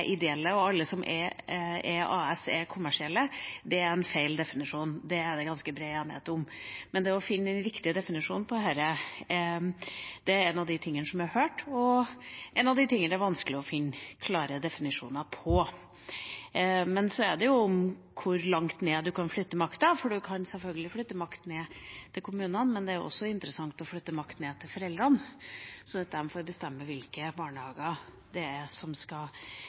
ideelle, og alle som er AS, er kommersielle, er en feil definisjon. Det er det ganske bred enighet om. Men det å finne den riktige definisjonen på dette er noe av det som er hørt, og det er vanskelig å finne en klar definisjon på det. Så handler det om hvor langt ned man kan flytte makta, for man kan selvfølgelig flytte makt ned til kommunene, men det er også interessant å flytte makt ned til foreldrene, slik at de får bestemme hvilke barnehager som skal